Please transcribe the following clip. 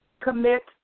commit